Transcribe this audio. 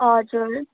हजुर